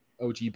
OG